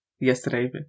yesterday